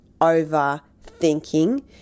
overthinking